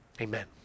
amen